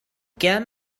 get